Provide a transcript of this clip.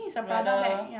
whether